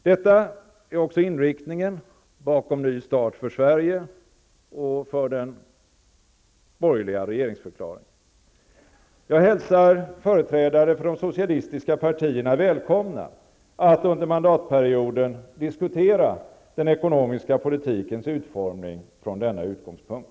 Detta är också inriktningen bakom ''Ny start för Sverige'' och den borgerliga regeringsförklaringen. Jag hälsar företrädare för de socialistiska partierna välkomna att under mandatperioden diskutera den ekonomiska politikens utformning från denna utgångspunkt.